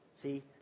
See